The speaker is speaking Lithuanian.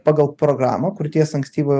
pagal programą krūties ankstyvo